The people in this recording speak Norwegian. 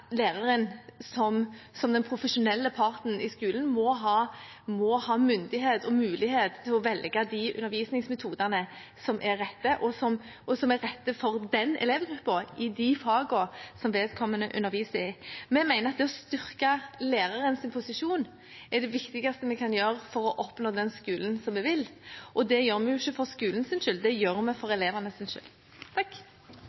læreren som den profesjonelle parten i skolen må ha myndighet og mulighet til å velge de undervisningsmetodene som er de rette, og som er de rette for elevgruppene i de fagene vedkommende underviser i. Vi mener at det å styrke lærerens posisjon er det viktigste vi kan gjøre for å oppnå den skolen vi vil ha. Det gjør vi ikke for skolens skyld, det gjør vi for